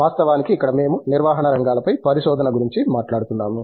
వాస్తవానికి ఇక్కడ మేము నిర్వహణ రంగాలపై పరిశోధన గురించి మాట్లాడుతున్నాము